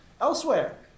elsewhere